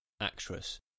actress